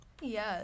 Yes